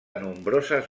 nombroses